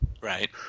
Right